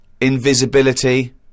Invisibility